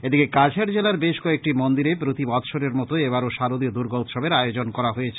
এদিকে কাছাড় জেলার বেশকয়েকটি মন্দিরে প্রতি বৎসরের মতো এবারো শারদীয় দুর্গোৎসবের আয়োজন করা হয়েছে